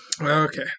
Okay